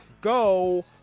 go